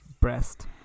breast